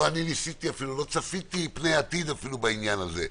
אני אפילו לא צפיתי פני העתיד בעניין הזה.